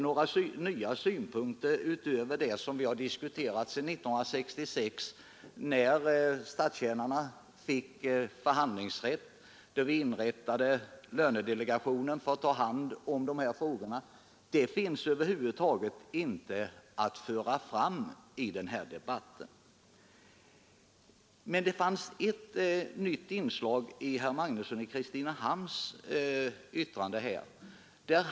Några synpunkter utöver dem som framkommit i diskussionerna sedan 1966, när statstjänarna fick förhandlingsrätt och vi inrättade lönedelegationen för att ta hand om dessa frågor, finns över huvud taget inte. Men ett nytt inslag i debatten hade herr Magnusson i Kristinehamn i sitt anförande.